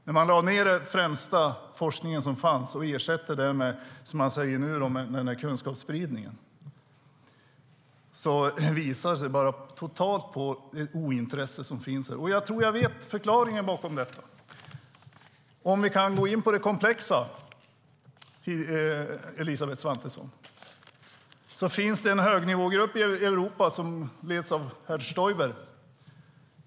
Att man lade ned den främsta forskningen som fanns och ersatte den med så kallad kunskapsspridning visar på ett totalt ointresse, och jag tror att jag vet förklaringen till det. Låt mig gå in på det komplexa, Elisabeth Svantesson. Det finns en högnivågrupp i Europa som leds av herr Stoiber.